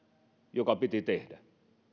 joka piti tehdä